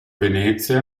venezia